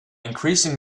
increasing